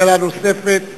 שאלה נוספת.